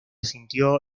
sintió